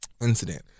incident